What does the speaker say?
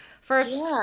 First